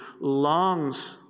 longs